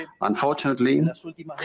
Unfortunately